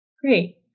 Great